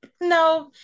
no